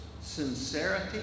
Sincerity